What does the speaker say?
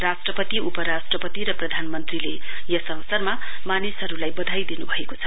राष्ट्रपति उप राष्ट्रपति र प्रधानमन्त्रीले यस अवसरमा मानिसहरुलाई वधाई दिनुभएको छ